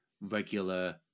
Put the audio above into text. regular